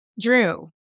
Drew